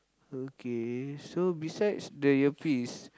okay so besides the earpiece